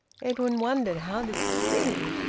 edwin wondered how this could be.